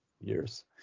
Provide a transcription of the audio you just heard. years